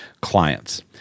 clients